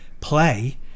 play